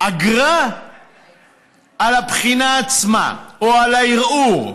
אגרה על הבחינה עצמה או על הערעור.